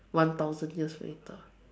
one thousand years later